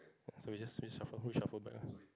so we just reshuffle who shuffle back uh